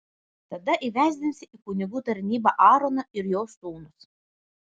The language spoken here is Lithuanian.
tada įvesdinsi į kunigų tarnybą aaroną ir jo sūnus